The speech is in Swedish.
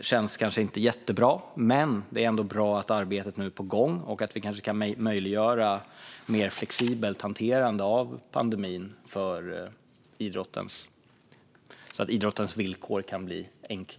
känns kanske inte jättebra. Men även om det är sent är det bra att arbetet nu är på gång. Det kanske kan möjliggöra ett mer flexibelt hanterande av pandemin, så att idrottens villkor kan bli enklare.